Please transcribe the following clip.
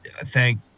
thank